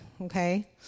Okay